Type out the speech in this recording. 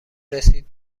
رسید